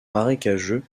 marécageux